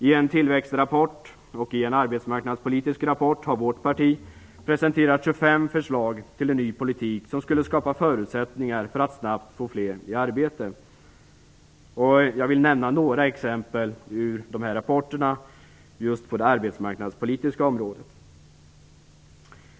I en tillväxtrapport och i en arbetsmarknadspolitisk rapport har vårt parti presenterat 25 förslag till en ny politik som skulle skapa förutsättningar för att snabbt få fler i arbete. Jag vill nämna några exempel ur de här rapporterna just på det arbetsmarknadspolitiska området.